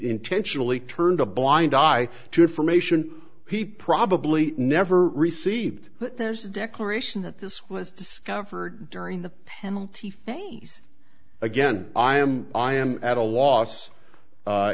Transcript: ntentionally turned a blind eye to information he probably never received but there's a declaration that this was discovered during the penalty phase again i am i am at a loss